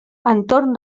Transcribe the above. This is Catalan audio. entorn